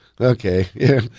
Okay